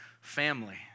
family